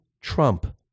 Trump